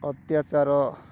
ଅତ୍ୟାଚାର